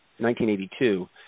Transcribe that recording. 1982 –